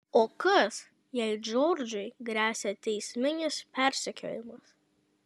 o kas jei džordžui gresia teisminis persekiojimas